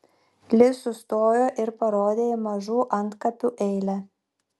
li sustojo ir parodė į mažų antkapių eilę